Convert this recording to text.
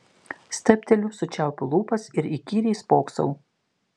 stabteliu sučiaupiu lūpas ir įkyriai spoksau